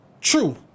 true